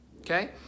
Okay